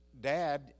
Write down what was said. dad